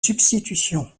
substitution